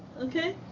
okay.